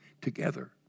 together